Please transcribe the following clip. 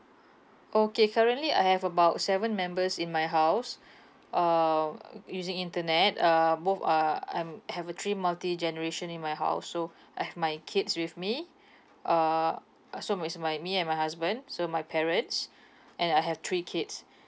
okay currently I have about seven members in my house um using internet uh both are I'm have a three multi generation in my house so I have my kids with me uh uh so is my me and my husband so my parents and I have three kids